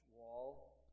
wall